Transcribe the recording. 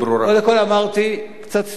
קודם כול, אמרתי: קצת צניעות.